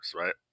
right